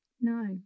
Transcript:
No